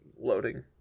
loading